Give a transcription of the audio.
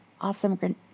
Awesome